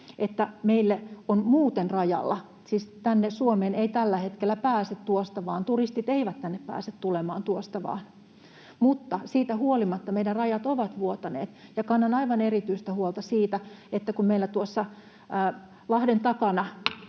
että meillä on muuten rajalla kontrolli. Siis tänne Suomeen ei tällä hetkellä pääse tuosta vaan, turistit eivät tänne pääse tulemaan tuosta vaan, mutta siitä huolimatta meidän rajat ovat vuotaneet. Ja kannan aivan erityistä huolta siitä, että kun meillä tuossa lahden takana